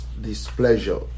displeasure